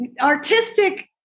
artistic